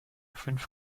fünf